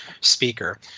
speaker